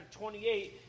28